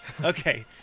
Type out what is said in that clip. Okay